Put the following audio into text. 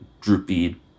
droopy